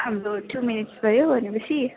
हाम्रो two minutes भयो भने पछि